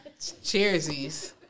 Cheersies